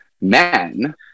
men